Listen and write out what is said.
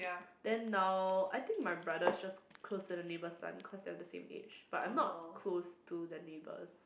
then now I think my brother just close to the neighbour's son cause their same age but I'm not close to the neighbours